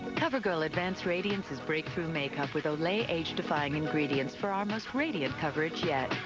covergirl advance radiance's breakthrough makeup with olay age defying ingredients for our most radiant coverage yet.